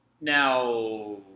now